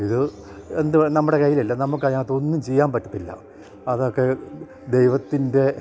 ഇത് എന്ത് നമ്മുടെ കൈയിൽ അല്ല നമുക്ക് അതിനകത്ത് ഒന്നും ചെയ്യാൻ പറ്റില്ല അതൊക്കെ ദൈവത്തിൻ്റെ